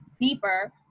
deeper